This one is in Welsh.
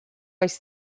oes